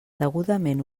degudament